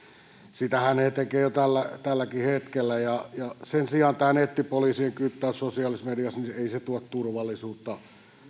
sitähän ne tekevät jo tälläkin hetkellä ja ja sen sijaan tämä nettipoliisien kyttäys sosiaalisessa mediassa ei tuo turvallisuutta